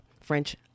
French